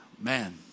man